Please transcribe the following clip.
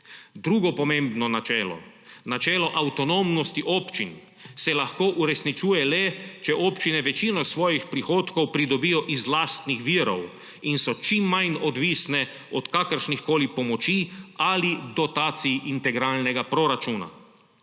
Drugo pomembno načelo, načelo avtonomnosti občin, se lahko uresničuje le, če občine večino svojih prihodkov pridobijo iz lastnih virov in so čim manj odvisne od kakršnihkoli pomoči ali dotacij integralnega proračuna.